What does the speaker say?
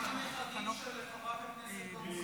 גם הנכדים של חברת הכנסת תומא